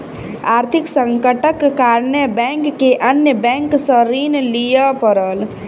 आर्थिक संकटक कारणेँ बैंक के अन्य बैंक सॅ ऋण लिअ पड़ल